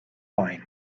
line